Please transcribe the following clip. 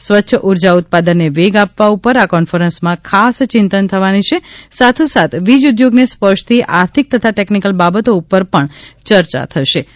સ્વચ્છ ઊર્જા ઉત્પાદનને વેગ આપવા ઊપર આ કોન્ફરન્સમાં ખાસ ચિંતન થવાનું છે સાથોસાથ વીજઉદ્યોગને સ્પર્શતી આર્થિક તથા ટેકનિકલ બાબતો ઊપર પણ ચર્ચા થશેં